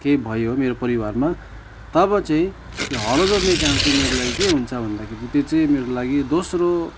केही भयो मेरो परिवारमा तब चाहिँ त्यो हलो जोत्ने काम चाहिँ मेरो लागि के हुन्छ भन्दाखेरि त्यो चाहिँ मेरो लागि दोस्रो